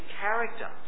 character